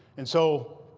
and so